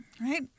Right